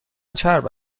چرب